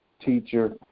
teacher